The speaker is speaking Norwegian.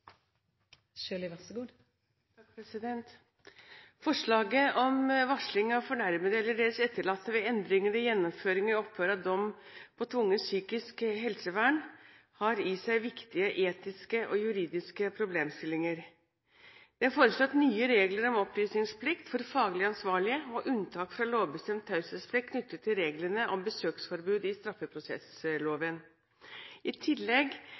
Forslaget om varsling av fornærmede eller deres etterlatte ved endringer i gjennomføring og opphør av dom på tvungent psykisk helsevern har i seg viktige etiske og juridiske problemstillinger. Det er foreslått nye regler om opplysningsplikt for faglig ansvarlige og unntak fra lovbestemt taushetsplikt knyttet til reglene om besøksforbud i straffeprosessloven. I tillegg